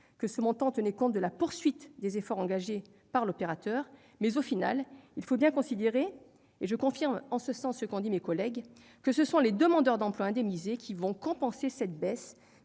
que ce montant tenait compte de la poursuite des efforts engagés par l'opérateur, mais,, il faut bien considérer que, conformément à ce qu'ont dit mes collègues, ce sont les demandeurs d'emploi indemnisés qui vont compenser cette baisse.